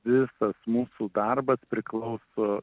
visas mūsų darbas priklauso